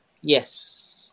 Yes